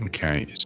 Okay